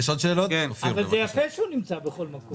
יפה שהוא נמצא בכל מקום.